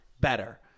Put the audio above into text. better